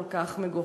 כל כך מגוחך.